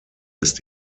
ist